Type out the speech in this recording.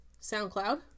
SoundCloud